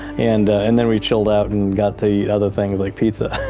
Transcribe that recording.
and and then we chilled out and got to eat other things like pizza.